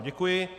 Děkuji.